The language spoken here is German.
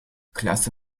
klasse